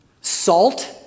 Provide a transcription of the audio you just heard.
Salt